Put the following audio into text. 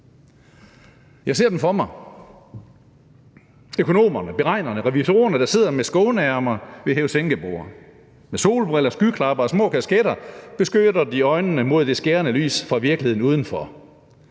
Jeg ser dem for mig, økonomerne, beregnerne, revisorerne, der sidder med skåneærmer ved hæve-sænke-borde. Med solbriller, skyklapper og små kasketter beskytter de øjnene mod det skærende lys fra virkeligheden udenfor.